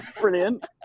Brilliant